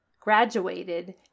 graduated